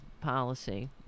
policy